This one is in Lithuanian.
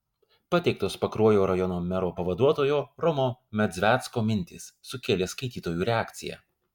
pateiktos pakruojo rajono mero pavaduotojo romo medzvecko mintys sukėlė skaitytojų reakciją